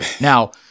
Now